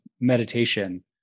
meditation